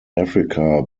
africa